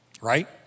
Right